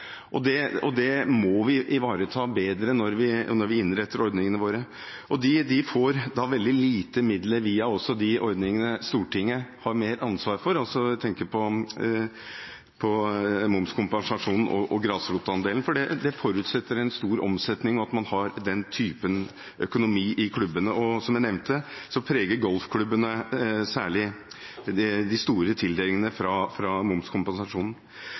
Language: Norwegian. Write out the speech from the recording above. det må vi ivareta bedre når vi innretter ordningene. De får veldig lite midler via de ordningene som Stortinget har mer ansvar for – jeg tenker på momskompensasjonen og grasrotandelen – for det forutsetter en stor omsetning og at man har den typen økonomi i klubbene. Som jeg nevnte, er det særlig golfklubbene som får de store tildelingene fra momskompensasjonen.